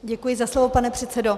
Děkuji za slovo, pane předsedo.